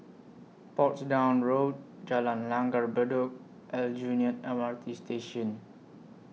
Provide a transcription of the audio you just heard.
Portsdown Road Jalan Langgar Bedok Aljunied M R T Station